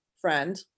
friend